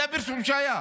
זה הפרסום שהיה.